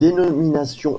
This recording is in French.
dénominations